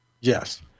Yes